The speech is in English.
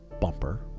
bumper